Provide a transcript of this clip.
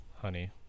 honey